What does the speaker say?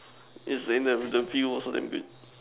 is the the view also damn good